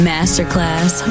Masterclass